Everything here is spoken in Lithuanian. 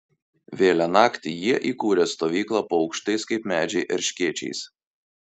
vėlią naktį jie įkūrė stovyklą po aukštais kaip medžiai erškėčiais